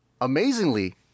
Amazingly